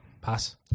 Pass